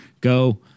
Go